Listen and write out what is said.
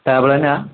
table തന്നെയാ